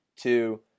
two